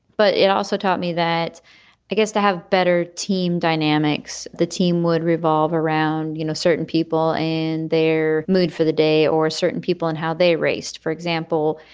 but it also taught me that i guess to have better team dynamics, the team would revolve around, you know, certain people and their mood for the day or certain people and how they raced. for example,